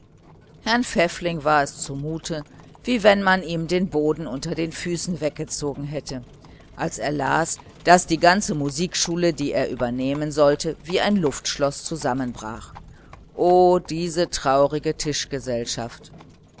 herrn pfäffling war zumute wie wenn man ihm den boden unter den füßen weggezogen hätte als er las daß die ganze musikschule die er dirigieren wollte wie ein luftschloß zusammenbrach o diese traurige